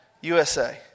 USA